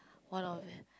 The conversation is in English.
one of it